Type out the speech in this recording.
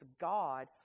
God